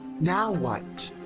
now what?